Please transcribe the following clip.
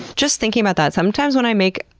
just thinking about that sometimes, when i make,